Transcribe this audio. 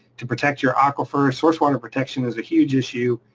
to protect your aquifer, source water protection is a huge issue.